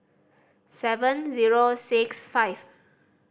seven zero six five